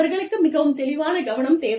அவர்களுக்கு மிகவும் தெளிவான கவனம் தேவை